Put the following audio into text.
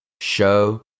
show